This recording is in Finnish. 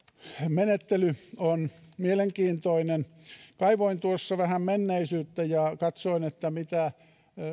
menettely on mielenkiintoinen kaivoin tuossa vähän menneisyyttä ja katsoin mitä